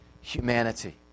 humanity